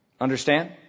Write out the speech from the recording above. Understand